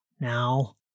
Now